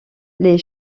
les